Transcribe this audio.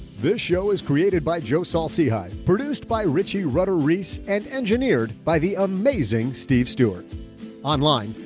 this show is created by joe saul-sehy, produced by richie rutter-reese, and engineered by the amazing steve stewart online.